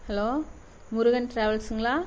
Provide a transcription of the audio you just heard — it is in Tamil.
ஹலோ முருகன் டிராவல்ஸுங்களா